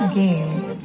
games